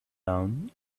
down